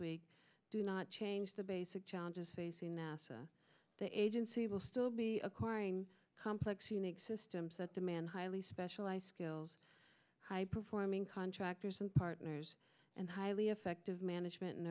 week do not change the basic challenges facing nasa the agency will still be acquiring complex unique systems that demand highly specialized skills high performing contractors and partners and highly effective management